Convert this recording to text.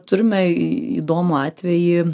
turime įdomų atvejį